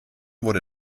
wurde